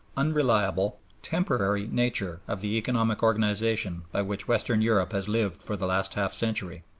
unreliable, temporary nature of the economic organization by which western europe has lived for the last half century.